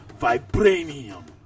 Vibranium